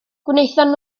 gwnaethon